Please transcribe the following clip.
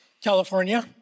California